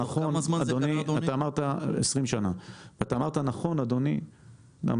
אמרת נכון, אדוני,